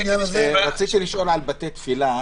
רציתי לשאול על בתי תפילה.